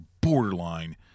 borderline